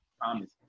Promise